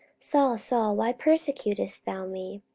saul, saul, why persecutest thou me?